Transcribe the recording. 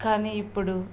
కానీ ఇప్పుడు